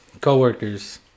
Co-workers